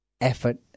effort